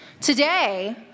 today